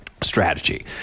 strategy